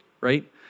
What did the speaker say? Right